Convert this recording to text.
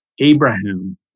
Abraham